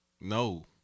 no